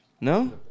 No